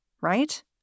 right